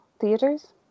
theaters